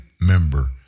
member